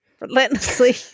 relentlessly